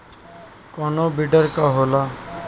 कोनो बिडर का होला?